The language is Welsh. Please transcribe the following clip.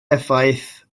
effaith